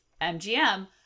MGM